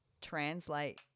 translate